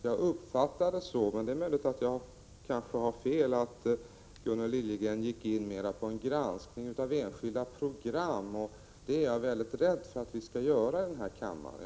Jag uppfattar det så — men det är möjligt att jag har fel — att Gunnel Liljegren mera gick in på en granskning av enskilda program, och det är jag rädd för att göra i den här kammaren.